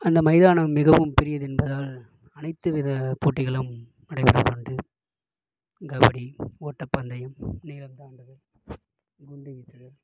அந்த மைதானம் மிகவும் பெரியது என்பதால் அனைத்து வித போட்டிகளும் நடைபெறுவது உண்டு கபடி ஓட்டப்பந்தயம் நீளம் தாண்டுதல் குண்டு வீசுதல்